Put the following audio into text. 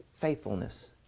Faithfulness